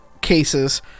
cases